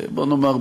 שבוא נאמר,